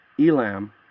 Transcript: Elam